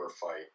fight